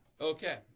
Okay